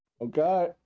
Okay